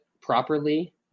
properly